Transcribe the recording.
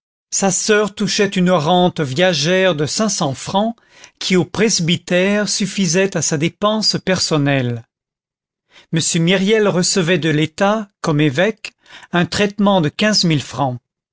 sa soeur touchait une rente viagère de cinq cents francs qui au presbytère suffisait à sa dépense personnelle m myriel recevait de l'état comme évêque un traitement de quinze mille francs